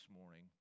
morning